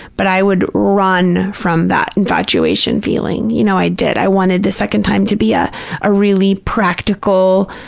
but i would run from that infatuation feeling. you know, i did. i wanted the second time to be ah a really practical,